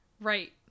right